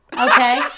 okay